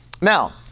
Now